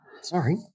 Sorry